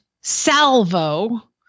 Salvo